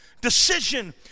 decision